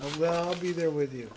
well i'll be there with you